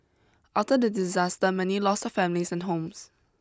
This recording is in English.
after the disaster many lost their families and homes